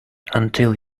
until